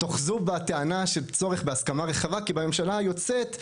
תאחזו בטענה של הסכמה רחבה, כי בממשלה היוצאת,